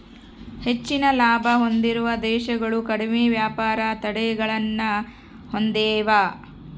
ಹೆಚ್ಚಿನ ಲಾಭ ಹೊಂದಿರುವ ದೇಶಗಳು ಕಡಿಮೆ ವ್ಯಾಪಾರ ತಡೆಗಳನ್ನ ಹೊಂದೆವ